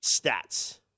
stats